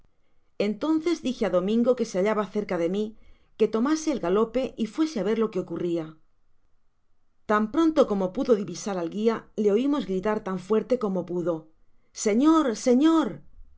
entonces dije á domingo que se hallaba cerca de mi que tomase el galope y fuese á ver lo que ocurria tan pronto como pudo divisar al guia le oimos gritar tan fuerte como pudo señor